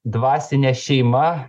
dvasine šeima